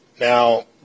now